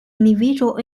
individual